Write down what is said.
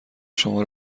شما